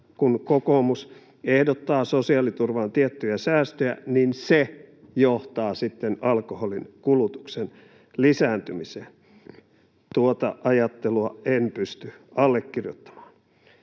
kun kokoomus ehdottaa sosiaaliturvaan tiettyjä säästöjä, niin se johtaa sitten alkoholinkulutuksen lisääntymiseen. Tuota ajattelua en pysty allekirjoittamaan.